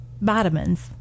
vitamins